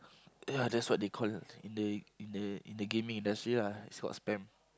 ya that's what they call in the in the in the gaming industry lah sort of spam